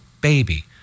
BABY